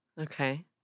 Okay